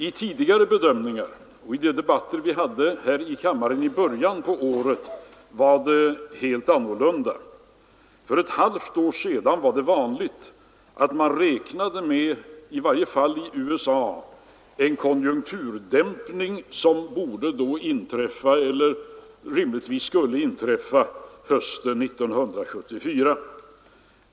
I tidigare bedömningar och i de debatter vi hade här i kammaren i början av året var det hela annorlunda. För ett halvt år sedan var det vanligt att man, i varje fall i USA, räknade med en konjunkturdämpning, som rimligtvis skulle inträffa hösten 1974.